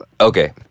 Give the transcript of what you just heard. Okay